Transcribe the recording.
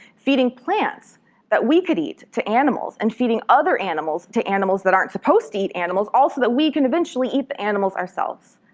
feeding plants that we could eat to animals and feeding other animals to animals that aren't supposed to eat animals, all so that we can eventually eat the animals ourselves.